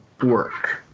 work